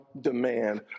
demand